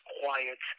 quiet